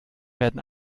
werden